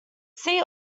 see